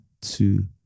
two